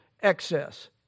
excess